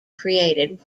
created